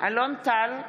אלון טל,